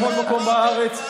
בכל מקום בארץ,